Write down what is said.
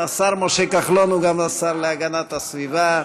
השר משה כחלון הוא גם השר להגנת הסביבה.